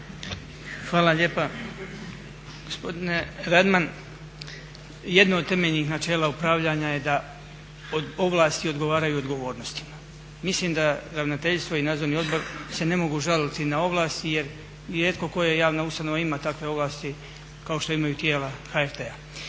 Hvala lijepa. Gospodine Radman, jedno od temeljnih načela upravljanja je da od ovlasti odgovaraju odgovornostima. Mislim da Ravnateljstvo i Nadzorni odbor se ne mogu žaliti na ovlasti jer rijetko koja javna ustanova ima takve ovlasti kao što imaju tijela HRT-a.